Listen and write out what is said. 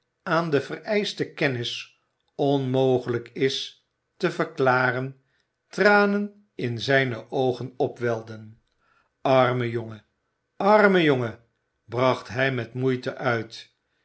aan de vereischte kennis onmogelijk is te verklaren tranen in zijne oogen opwelden arme jongen arme jongen bracht hij met moeite uit